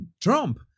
Trump